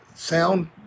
sound